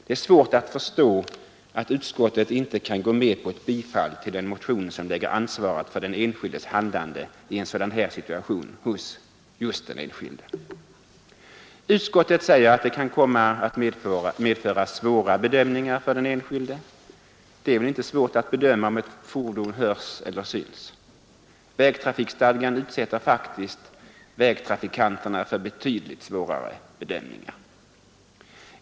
Det är svårt att förstå att utskottet inte kan gå med på ett bifall till en motion som lägger ansvaret för den enskildes handlande i en sådan här situation på den enskilde själv. Utskottet säger att det kan medföra svåra bedömningar för den enskilde. Det är väl inte svårt att bedöma om ett fordon hörs eller syns! Vägtrafikstadgan utsätter faktiskt vägtrafikanterna för betydligt svårare bedömningar.